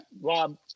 Rob